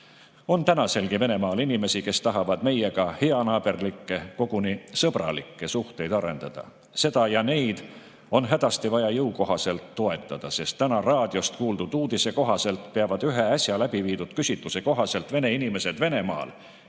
On tänaselgi Venemaal inimesi, kes tahavad meiega heanaaberlikke, koguni sõbralikke suhteid arendada. Seda ja neid on hädasti vaja jõukohaselt toetada, sest täna raadiost kuuldud uudise kohaselt peavad ühe äsja läbi viidud küsitluse põhjal inimesed Venemaal